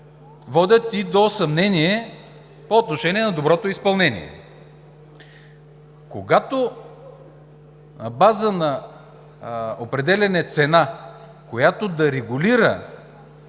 водят и до съмнение по отношение на доброто изпълнение. Когато на база на определяне цена, която да регулира